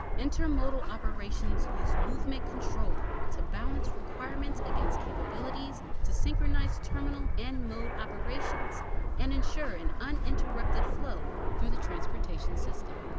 intermodal operations use movement control to balance requirements against capabilities to synchronize terminal and mode operations and ensure an uninterrupted flow through the transportation system.